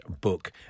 book